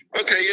Okay